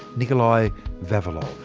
nicolai vavilov.